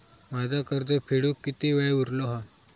माझा कर्ज फेडुक किती वेळ उरलो हा?